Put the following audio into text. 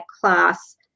class